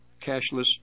cashless